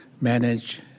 manage